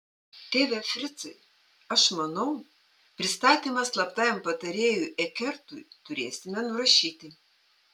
tėve fricai aš manau pristatymą slaptajam patarėjui ekertui turėsime nurašyti